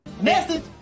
Message